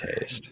taste